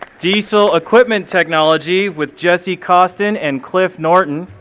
diesel equipment technology with jesse kosten and cliff norton.